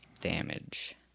Damage